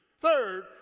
Third